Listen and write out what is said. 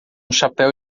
chapéu